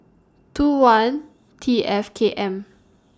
two one T F K M